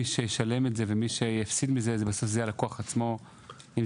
מי שישלם את זה ויפסיד מזה יהיה הלקוח עצמו; בין